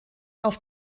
auf